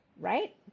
right